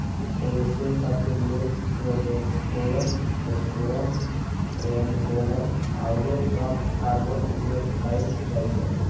मवेशिय सभ के लेल प्रोजेस्टेरोन, टेस्टोस्टेरोन, ट्रेनबोलोन आउरो सभ हार्मोन उपयोग कयल जाइ छइ